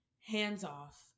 hands-off